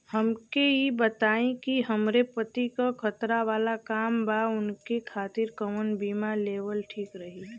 हमके ई बताईं कि हमरे पति क खतरा वाला काम बा ऊनके खातिर कवन बीमा लेवल ठीक रही?